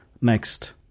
next